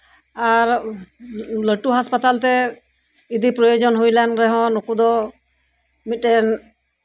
ᱟᱨ ᱞᱟᱹᱴᱩ ᱦᱟᱥᱯᱟᱛᱟᱞ ᱛᱮ ᱤᱫᱤ ᱯᱨᱳᱭᱳᱡᱚᱱ ᱦᱩᱭ ᱞᱮᱱ ᱨᱮᱦᱚᱸ ᱱᱩᱠᱩ ᱫᱚ ᱢᱤᱫᱴᱮᱱ